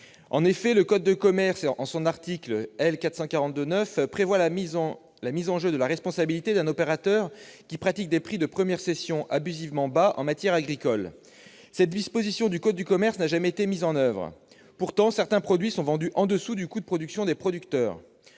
bas. Le code de commerce, à son article L. 442-9, prévoit la mise en jeu de la responsabilité d'un opérateur qui pratiquerait des prix de première cession abusivement bas en matière agricole. Cette disposition n'a jamais été mise en oeuvre. Pourtant, certains produits sont vendus en dessous du coût de production des producteurs.